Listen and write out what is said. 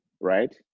right